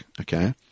okay